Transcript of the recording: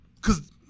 cause